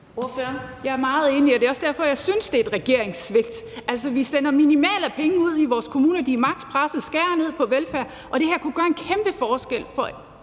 Jeg er meget enig, og det er også derfor, at jeg synes, det er et regeringssvigt. Altså, vi sender minimalt med penge ud i vores kommuner. De er maks. pressede og skærer ned på velfærd, og det her kunne gøre en kæmpe forskel for